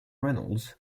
reynolds